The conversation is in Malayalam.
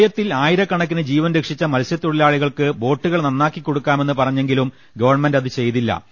പ്രളയത്തിൽ ആയിരക്കണക്കിന് ജീവൻ രക്ഷിച്ച മത്സ്യത്തൊ ഴിലാളികൾക്ക് ബോട്ടുകൾ നന്നാക്കികൊടുക്കാമെന്ന് പറഞ്ഞെ ങ്കിലും ഗവൺമെന്റ് ചെയ്തില്ല